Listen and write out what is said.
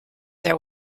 there